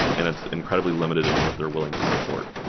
and it's incredibly limited in what they're willing to support.